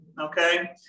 Okay